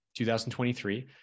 2023